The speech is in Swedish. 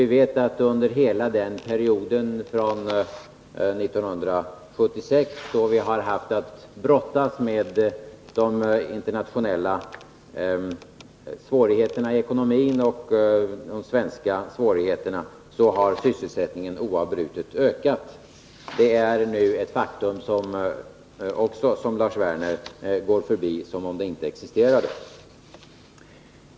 Vi vet att under hela perioden från 1976, då vi har haft att brottas med de internationella — och svenska — svårigheterna i ekonomin, har sysselsättningen oavbrutet ökat. Det är också ett faktum som Lars Werner går förbi som om det inte existerade.